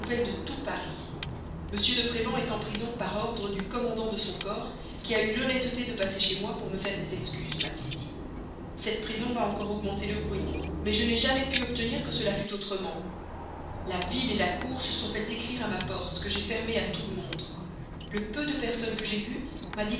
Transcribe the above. de tout paris m de prévan est en prison par ordre du commandant de son corps qui a eu l'honnêteté de passer chez moi pour me faire des excuses m'a-t-il dit cette prison va encore augmenter le bruit mais je n'ai jamais pu obtenir que cela fût autrement la ville la cour se sont fait écrire à ma porte que j'ai fermée à tout le monde le peu de personnes que j'ai vues m'a dit